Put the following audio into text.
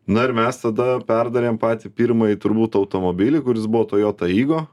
na ir mes tada perdarėm patį pirmąjį turbūt automobilį kuris buvo toyota igo